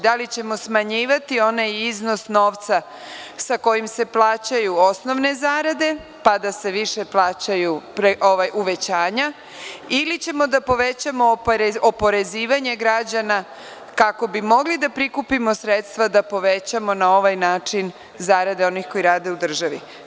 Da li ćemo smanjivati onaj iznos novca sa kojim se plaćaju osnovne zarade, pa da se više plaćaju uvećanja ili ćemo da povećamo oporezivanje građana kako bi mogli da prikupimo sredstva da povećamo na ovaj način zarade onih koji rade u državi?